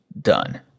done